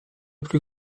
plus